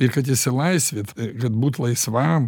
ir kad išsilaisvyt kad būt laisvam